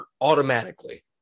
automatically